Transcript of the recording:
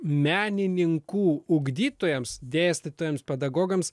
menininkų ugdytojams dėstytojams pedagogams